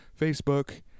facebook